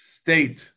state